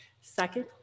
Second